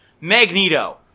Magneto